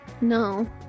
No